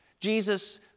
Jesus